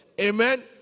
Amen